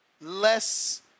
less